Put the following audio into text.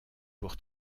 pour